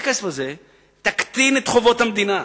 תיקח את הכסף הזה ותקטין את חובות המדינה.